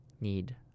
need